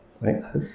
Right